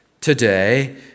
today